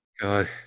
God